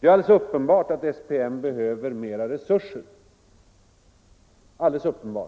Det är uppenbart att SPN behöver mera resurser,